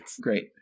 Great